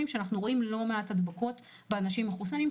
שאנחנו רואים לא מעט הדבקות של אנשים מחוסנים,